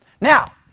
Now